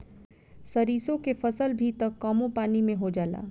सरिसो के फसल भी त कमो पानी में हो जाला